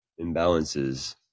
imbalances